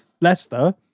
Leicester